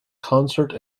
concert